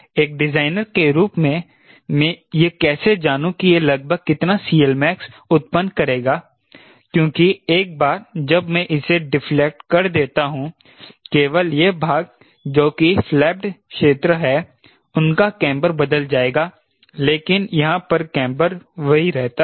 एक डिज़ाइनर के रूप मै में यह कैसे जानू कि यह लगभग कितना CLmax उत्पन्न करेगा क्योंकि एक बार जब मे इसे डिफ्लेक्ट कर देता हूँ केवल यह भाग जो कि फ़्लैप्ड क्षेत्र है उनका केंबर बदल जाएगा लेकिन यहाँ पर केंबर वही रहता है